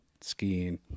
skiing